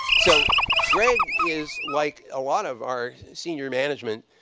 so greg is, like a lot of our senior management,